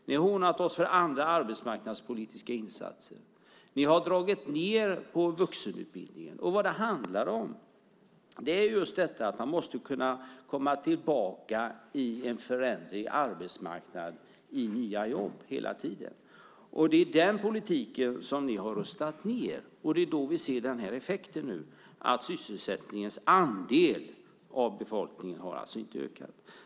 Ni har hånat oss för andra arbetsmarknadspolitiska insatser. Ni har dragit ned på vuxenutbildningen. Det handlar alltså om att man i en föränderlig arbetsmarknad hela tiden måste kunna komma tillbaka i nya jobb. Det är den politiken ni har rustat ned, och därför ser vi nu effekten av det, nämligen att andelen sysselsatta inte ökat.